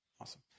Awesome